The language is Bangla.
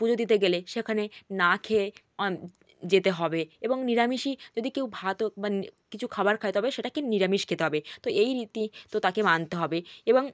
পুজো দিতে গেলে সেখানে না খেয়ে অন যেতে হবে এবং নিরামিষই যদি কেউ ভাত হোক বা নি কিছু খাবার খায় তবে সেটাকে নিরামিষ খেতে হবে তো এই রীতি তো তাকে মানতে হবে এবং